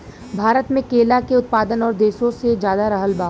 भारत मे केला के उत्पादन और देशो से ज्यादा रहल बा